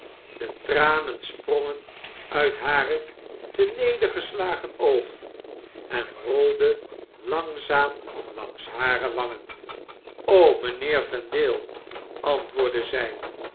de tranen sprongen uit hare ternedergeslagen oogen en rolde langzaam langs hare wangen mijnheer vendale antwoordde zy